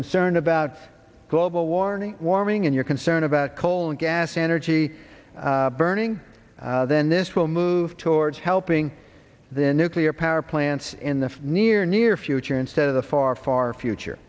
concerned about global warning warming and your concern about coal and gas energy burning then this will move towards helping the nuclear power plants in the near near future instead of the far far future